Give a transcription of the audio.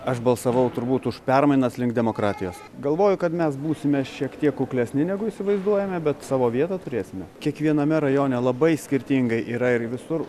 aš balsavau turbūt už permainas link demokratijos galvoju kad mes būsime šiek tiek kuklesni negu įsivaizduojame bet savo vietą turėsime kiekviename rajone labai skirtingai yra ir visur